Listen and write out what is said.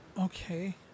okay